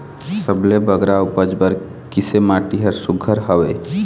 सबले बगरा उपज बर किसे माटी हर सुघ्घर हवे?